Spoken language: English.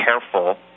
careful